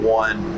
one